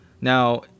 Now